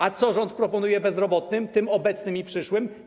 A co rząd proponuje bezrobotnym, tym obecnym i przyszłym?